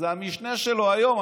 זו המשנה שלו היום.